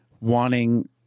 wanting